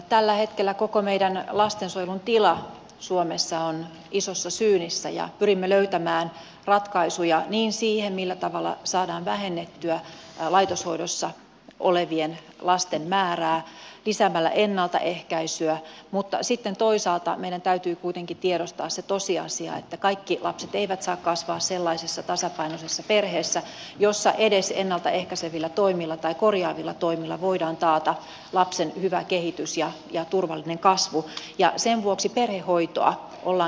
tällä hetkellä koko meidän lastensuojelumme tila suomessa on isossa syynissä ja pyrimme löytämään ratkaisuja siihen millä tavalla saadaan vähennettyä laitoshoidossa olevien lasten määrää lisäämällä ennaltaehkäisyä mutta sitten toisaalta meidän täytyy kuitenkin tiedostaa se tosiasia että kaikki lapset eivät saa kasvaa sellaisessa tasapainoisessa perheessä jossa edes ennalta ehkäisevillä tai korjaavilla toimilla voidaan taata lapsen hyvä kehitys ja turvallinen kasvu ja sen vuoksi perhehoitoa ollaan kehittämässä